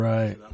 Right